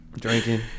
drinking